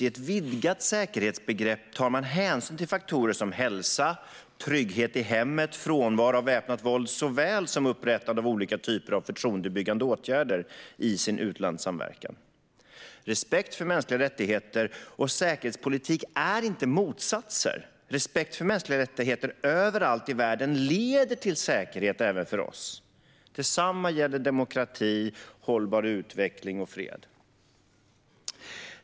I ett vidgat säkerhetsbegrepp tar man hänsyn till faktorer som hälsa, trygghet i hemmet, frånvaro av väpnat våld såväl som upprättande av olika slags företroendebyggande åtgärder i sin utlandssamverkan. Respekt för mänskliga rättigheter och säkerhetspolitik är inte motsatser. Respekt för mänskliga rättigheter överallt i världen leder till säkerhet även för oss. Detsamma gäller demokrati, hållbar utveckling och fred.